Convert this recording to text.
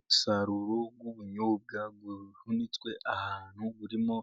Umusaruro w'ubunyobwa buhunitswe ahantu, burimo